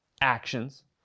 actions